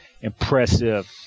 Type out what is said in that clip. Impressive